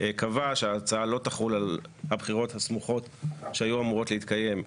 קבע שההצעה לא תחול על הבחירות הסמוכות שהיו אמורות להתקיים,